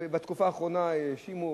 בתקופה האחרונה האשימו,